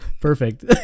Perfect